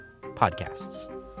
podcasts